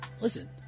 listen